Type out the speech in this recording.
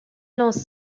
lance